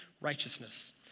righteousness